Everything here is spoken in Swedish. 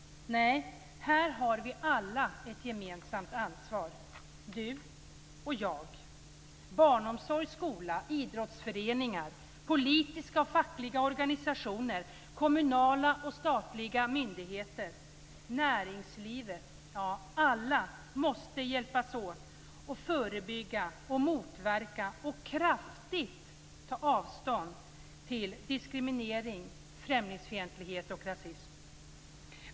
Nej, här har vi alla ett gemensamt ansvar - du och jag. Barnomsorg, skola, idrottsföreningar, politiska och fackliga organisationer, kommunala och statliga myndigheter och näringsliv - alla måste hjälpas åt att förebygga, motverka och kraftigt ta avstånd från diskriminering, främlingsfientlighet och rasism.